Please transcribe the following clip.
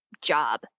job